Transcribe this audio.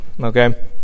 okay